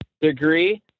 degree